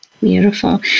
Beautiful